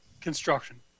construction